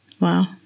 Wow